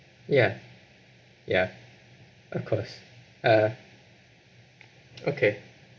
ya ya of course uh okay